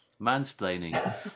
mansplaining